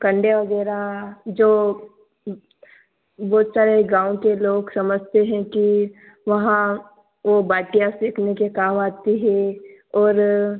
कंडे वगैरह जो वो सारे गाँव के लोग समझते हें कि वहाँ वह बाटियाँ सेंकने के काम आती है ओर